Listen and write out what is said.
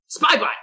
Spybot